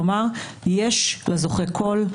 כלומר יש לזוכה קול,